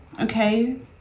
okay